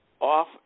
off